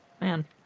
man